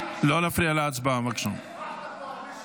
להעביר את הצעת חוק העונשין (תיקון, ביטול עבירת